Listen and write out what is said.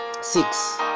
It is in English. six